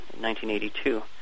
1982